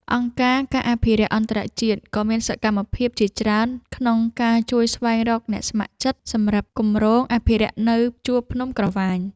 អង្គការ ការអភិរក្សអន្តរជាតិ ក៏មានសកម្មភាពជាច្រើនក្នុងការជួយស្វែងរកអ្នកស្ម័គ្រចិត្តសម្រាប់គម្រោងអភិរក្សនៅជួរភ្នំក្រវាញ។